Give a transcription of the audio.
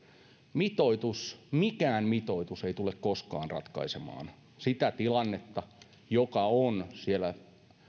mitoitus mikään mitoitus ei tule koskaan ratkaisemaan sitä tilannetta joka on siellä